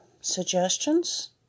suggestions